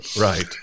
right